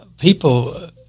People